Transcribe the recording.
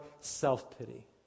self-pity